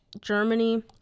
Germany